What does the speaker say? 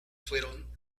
fueron